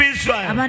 Israel